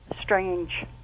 strange